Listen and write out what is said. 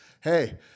hey